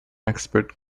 expert